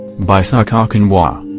by soc ah okenwa